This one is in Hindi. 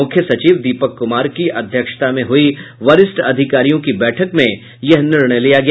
मुख्य सचिव दीपक कुमार की अध्यक्षता में हुयी वरिष्ठ अधिकारियों की बैठक में यह निर्णय लिया गया